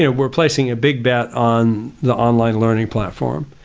yeah we're placing a big bet on the online learning platform.